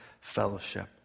fellowship